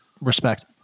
respect